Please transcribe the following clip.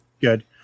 good